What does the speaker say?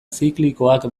ziklikoak